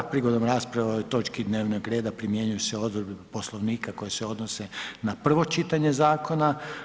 Prigodom rasprave o ovoj točki dnevnog reda primjenjuju se odredbe Poslovnika koje se odnose na prvo čitanje zakona.